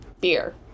Beer